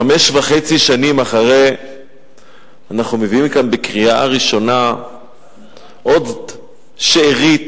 חמש שנים וחצי אחרי אנחנו מביאים לכאן לקריאה ראשונה עוד שארית,